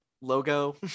logo